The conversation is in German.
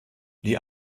die